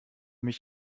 mich